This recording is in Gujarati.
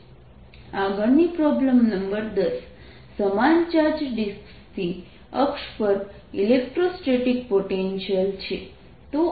n12i183j122182×312i183j6427231i3331j આગળની પ્રોબ્લેમ નંબર 10 સમાન ચાર્જ ડિસ્કની અક્ષ પર ઇલેક્ટ્રોસ્ટેટિક પોટેન્શિયલ છે